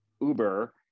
Uber